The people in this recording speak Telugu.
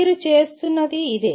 మీరు చేస్తున్నది ఇదే